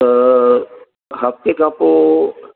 त हफ़्ते खां पोइ